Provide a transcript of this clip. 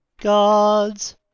Gods